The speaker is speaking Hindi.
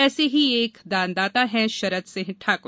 ऐसे ही एक दानदाता है शरद सिंह ठाकर